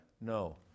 No